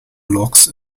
logs